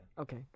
Okay